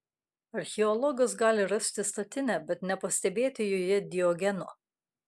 archeologas gali rasti statinę bet nepastebėti joje diogeno